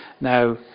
Now